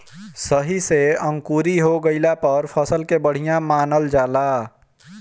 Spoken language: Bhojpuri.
सही से अंकुरी हो गइला पर फसल के बढ़िया मानल जाला